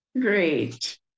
Great